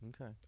Okay